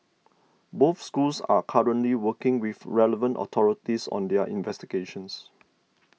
both schools are currently working with relevant authorities on their investigations